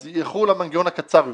אז ילכו למנגנון הקצר יותר.